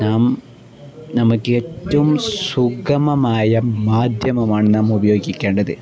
നാം നമുക്ക് ഏറ്റവും സുഗമമായ മാധ്യമമാണു നാം ഉപയോഗിക്കേണ്ടത്